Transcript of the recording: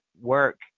work